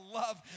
love